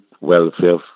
welfare